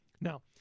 Now